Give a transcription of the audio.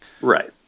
Right